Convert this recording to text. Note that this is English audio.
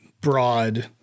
broad